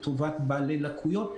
לטובת בעלי לקויות.